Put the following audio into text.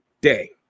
day